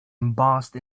embossed